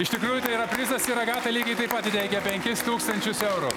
iš tikrųjų tai yra prizas ir agata lygiai taip pat įteikia penkis tūkstančius eurų